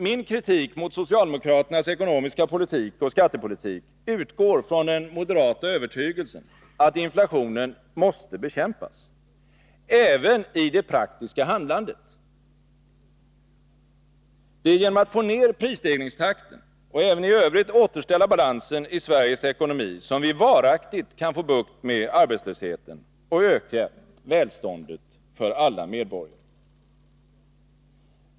Min kritik mot socialdemokraternas ekonomiska politik och skattepolitik utgår från den moderata övertygelsen att inflationen måste bekämpas — även i det praktiska handlandet. Det är genom att få ner prisstegringstakten och även i övrigt återställa balansen i Sveriges ekonomi som vi varaktigt kan få bukt med arbetslösheten och öka välståndet för alla medborgare.